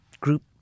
group